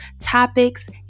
topics